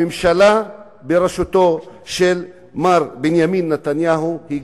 הממשלה בראשותו של מר בנימין נתניהו גם היא